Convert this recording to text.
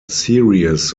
series